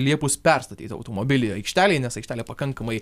liepus perstatyt automobilį aikštelėj nes aikštelė pakankamai